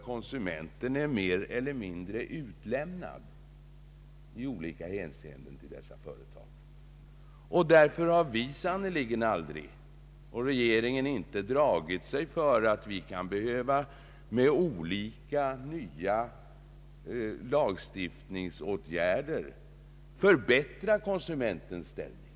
Konsumenten är i olika hänseenden mer eller mindre utlämnad till dessa företag. Därför har vi länge varit medvetna om behovet av olika nya lagstiftningsåtgärder för att förbättra konsumentens ställning.